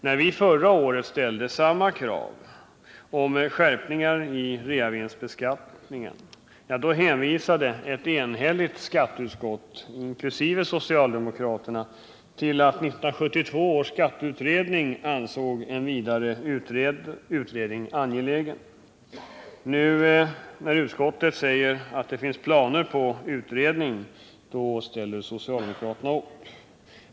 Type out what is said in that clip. När vi förra året ställde samma krav om skärpningar i reavinstbeskattningen hänvisade ett enhälligt skatteutskott — inkl. socialdemokraterna — till att 1972 års skatteutredning inte ansåg en vidare utredning angelägen. Nu när utskottet säger att det finns planer på utredning ställer socialdemokraterna upp.